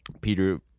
Peter